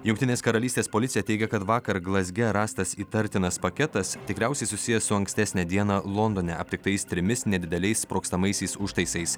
jungtinės karalystės policija teigia kad vakar glazge rastas įtartinas paketas tikriausiai susijęs su ankstesnę dieną londone aptiktais trimis nedideliais sprogstamaisiais užtaisais